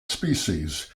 species